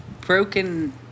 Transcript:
broken